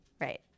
Right